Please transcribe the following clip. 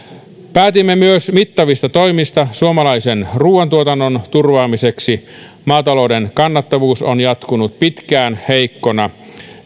päätimme myös mittavista toimista suomalaisen ruuantuotannon turvaamiseksi maatalouden kannattavuus on jatkunut pitkään heikkona